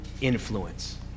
influence